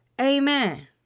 Amen